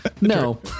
No